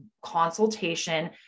consultation